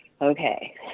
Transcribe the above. okay